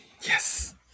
yes